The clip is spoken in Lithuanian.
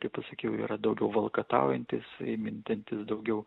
kaip pasakiau yra daugiau valkataujantys mintantys daugiau